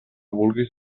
vulguis